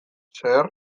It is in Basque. zer